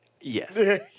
Yes